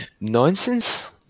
Nonsense